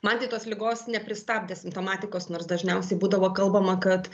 man tai tos ligos nepristabdė simptomatikos nors dažniausiai būdavo kalbama kad